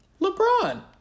LeBron